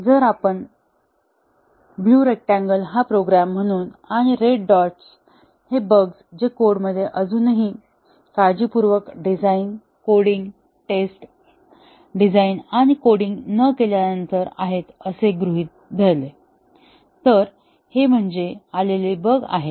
जर आपण blue rectangle हा प्रोग्राम म्हणून आणि रेड डॉट्स हे बग्स जे कोड मध्ये अजूनही काळजीपूर्वक डिझाइन कोडिंग टेस्ट डिझाइन आणि कोडिंग न केल्यानंतर आहेत असे गृहीत धरले तर हे म्हणजे उरलेले बग आहेत